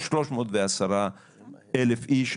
יש 310,000 איש,